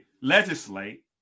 legislate